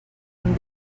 amb